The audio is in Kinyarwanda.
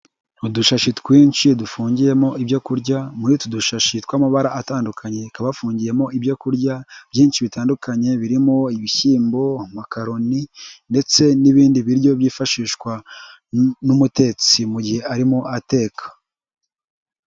Udushashi twinshi dufungiyemo ibyo kurya, muri utu dushashi tw'amabara atandukanye, hakaba, hafungiyemo ibyo kurya byinshi bitandukanye, birimo ibishyimbo, makaroni ndetse n'ibindi biryo byifashishwa n'umutetsi mu gihe arimo ateka.